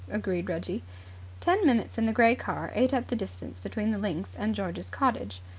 agreed reggie ten minutes in the grey car ate up the distance between the links and george's cottage.